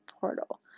portal